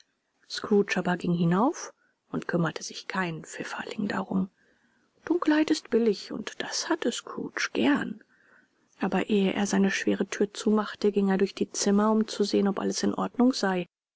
aber ging hinauf und kümmerte sich keinen pfifferling darum dunkelheit ist billig und das hatte scrooge gern aber ehe er seine schwere thür zumachte ging er durch die zimmer um zu sehen ob alles in ordnung sei